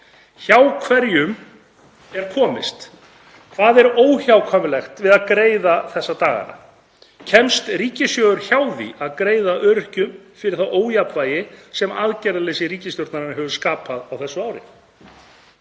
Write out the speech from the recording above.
Hjá hverju er komist? Hvað er óhjákvæmilegt að greiða þessa dagana? Kemst ríkissjóður hjá því að greiða öryrkjum fyrir það ójafnvægi sem aðgerðaleysi ríkisstjórnarinnar hefur skapað á þessu ári?